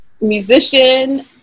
musician